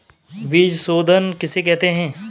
बीज शोधन किसे कहते हैं?